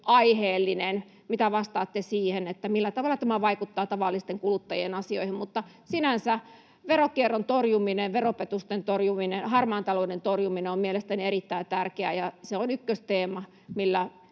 aiheellinen. Mitä vastaatte siihen, millä tavalla tämä vaikuttaa tavallisten kuluttajien asioihin? Sinänsä veronkierron torjuminen, veropetosten torjuminen, harmaan talouden torjuminen on mielestäni erittäin tärkeää, ja se on ykkösteema, millä